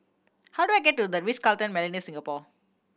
how do I get to The Ritz Carlton Millenia Singapore